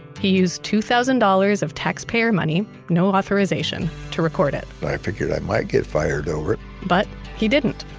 he used two thousand dollars of taxpayer money, no authorization to record it i figured i might get fired over it but he didn't.